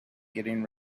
getting